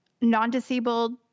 non-disabled